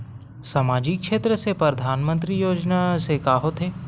सामजिक क्षेत्र से परधानमंतरी योजना से का होथे?